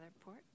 port